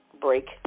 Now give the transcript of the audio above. break